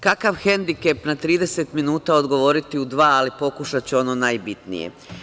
Kakav hendikep na 30 minuta odgovoriti u dva, ali pokušaću ono najbitnije.